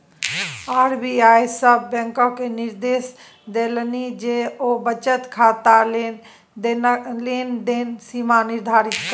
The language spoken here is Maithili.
आर.बी.आई सभ बैंककेँ निदेर्श देलनि जे ओ बचत खाताक लेन देनक सीमा निर्धारित करय